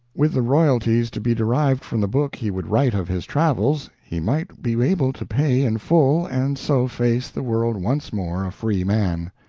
with the royalties to be derived from the book he would write of his travels he might be able to pay in full and so face the world once more a free man.